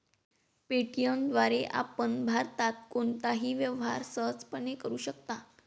Paytm द्वारे आपण भारतात कोणताही व्यवहार सहजपणे करू शकता